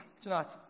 tonight